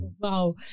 Wow